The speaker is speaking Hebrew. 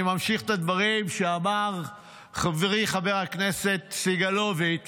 אני ממשיך את הדברים שאמר חברי חבר הכנסת סגלוביץ'